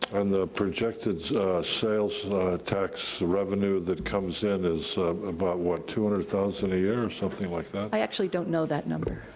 and the projected sales tax revenue that comes in is about, what, two hundred thousand a year or something like that? i actually don't know that number.